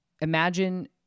imagine